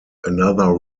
another